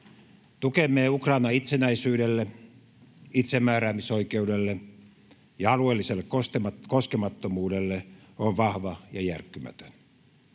Tukemme Ukrainan itsenäisyydelle, itsemääräämisoikeudelle ja alueelliselle koskemattomuudelle on vahva ja järkkymätön.